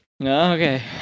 Okay